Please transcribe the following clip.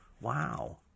wow